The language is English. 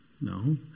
No